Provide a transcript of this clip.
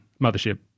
Mothership